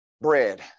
bread